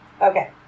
Okay